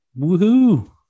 Woohoo